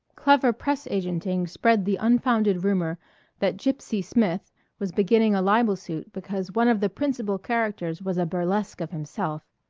clever press-agenting spread the unfounded rumor that gypsy smith was beginning a libel suit because one of the principal characters was a burlesque of himself.